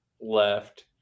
left